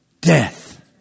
death